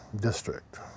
district